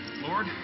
Lord